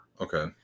Okay